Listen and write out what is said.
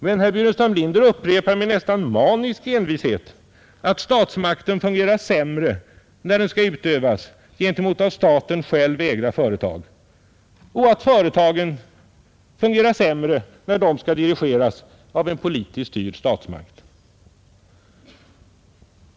Men herr Burenstam Linder upprepar med nästan manisk envishet att statsmakten fungerar sämre när den skall utövas gentemot av staten själv ägda företag och att företagen fungerar sämre, när de skall dirigeras av en politiskt styrd statsmakt.